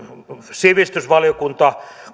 sivistysvaliokunta